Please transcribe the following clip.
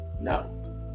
No